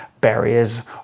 barriers